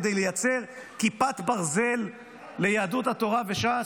כדי לייצר כיפת ברזל ליהדות התורה וש"ס?